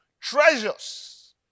treasures